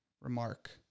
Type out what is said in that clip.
remark